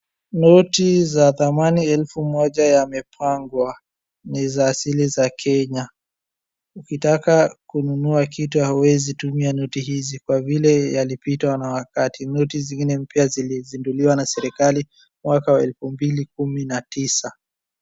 Noti za dhamani elfu moja yamepangwa. Ni za asili za Kenya. Ukitaka kununua kitu huwezi tumia noti hizi kwa vile yalipitwa na wakati. Noti zingine mpya zilizinduliwa na serikali mwaka wa elfu mbili kumi na tisa.